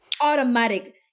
automatic